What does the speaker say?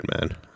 man